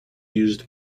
used